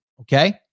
Okay